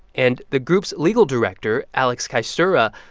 and the group's legal director, aleks kajstura,